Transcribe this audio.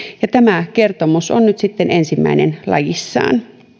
ja tämä kertomus on nyt sitten ensimmäinen lajissaan